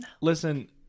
Listen